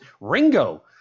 Ringo